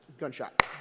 gunshot